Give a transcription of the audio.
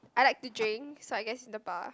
I like to drink so I guess it's in the bar